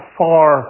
far